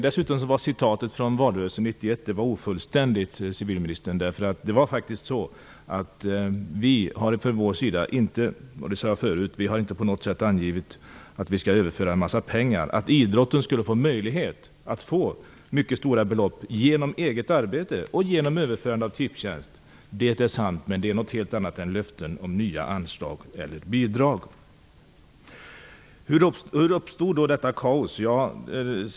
Dessutom var citatet från valrörelsen 1991 ofullständigt, civilministern. Som jag förut sade har vi från vårt håll inte på något sätt angivit att vi skall överföra en mängd pengar. Att idrottsrörelsen skulle få möjlighet att genom eget arbete och genom överförandet av Tipstjänst erhålla mycket stora belopp är sant, men det är något helt annat än löften om nya anslag eller bidrag. Hur uppstod då detta kaos?